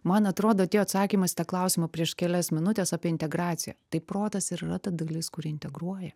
man atrodo atėjo atsakymas į tą klausimą prieš kelias minutes apie integraciją tai protas ir yra ta dalis kuri integruoja